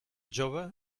jove